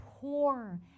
poor